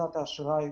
מכסת האשראי,